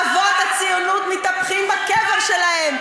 אבות הציונות מתהפכים בקבריהם,